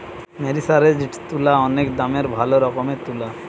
মেরিসারেসজড তুলা অনেক দামের ভালো রকমের তুলা